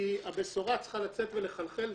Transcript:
כי הבשורה צריכה לצאת ולחלחל.